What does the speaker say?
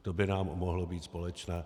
To by nám mohlo být společné.